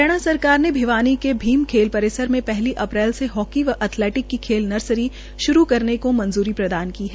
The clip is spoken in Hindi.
हरियाणा सरकार ने भिवानी के भीम खेल परिसर मे पहली अप्रैज से हाकी व एथलीट की खेल नर्सरी श्रू करने की मंजूरी प्रदान की है